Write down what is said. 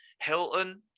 Hilton